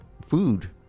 food